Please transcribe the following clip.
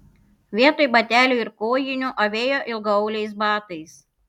vietoj batelių ir kojinių avėjo ilgaauliais batais